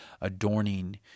adorning